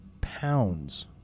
pounds